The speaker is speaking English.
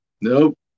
nope